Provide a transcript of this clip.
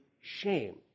shame